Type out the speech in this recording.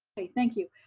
okay, thank you.